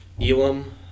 Elam